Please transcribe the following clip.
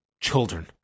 children